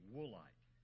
Woolite